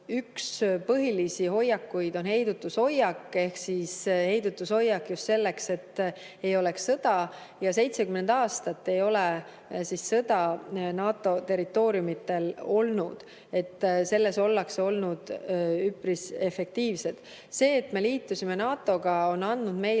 üks põhilisi hoiakuid on heidutushoiak ehk heidutushoiak just selleks, et ei oleks sõda. 70 aastat ei ole sõda NATO territooriumil olnud. Selles on oldud üpris efektiivsed. See, et me liitusime NATO‑ga, on andnud meile